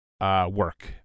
work